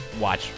watch